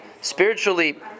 spiritually